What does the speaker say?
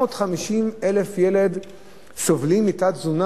750,000 ילדים סובלים מתת-תזונה?